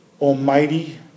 almighty